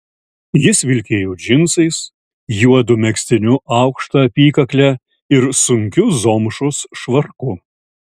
jis vilkėjo džinsais juodu megztiniu aukšta apykakle ir sunkiu zomšos švarku